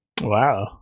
Wow